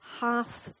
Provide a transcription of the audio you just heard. half